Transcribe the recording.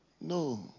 No